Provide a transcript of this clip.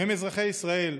הם אזרחי ישראל,